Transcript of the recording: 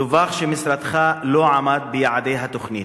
דווח שמשרדך לא עמד ביעדי התוכנית.